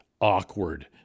awkward